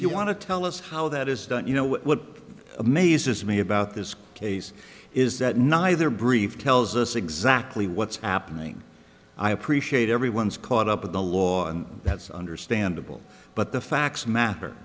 do you want to tell us how that is done you know what amazes me about this case is that neither brief tells us exactly what's happening i appreciate everyone's caught up with the law and that's understandable but the facts mat